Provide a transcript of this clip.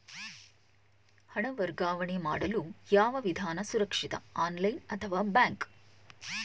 ಹಣ ವರ್ಗಾವಣೆ ಮಾಡಲು ಯಾವ ವಿಧಾನ ಸುರಕ್ಷಿತ ಆನ್ಲೈನ್ ಅಥವಾ ಬ್ಯಾಂಕ್?